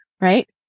right